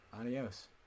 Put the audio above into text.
Adios